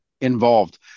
involved